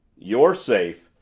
you're safe.